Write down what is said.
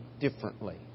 differently